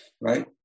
right